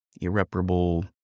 irreparable